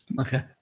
Okay